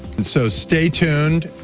and so, stay tuned,